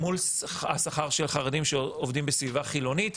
מול השכר של חרדים שעובדים בסביבה חילונית,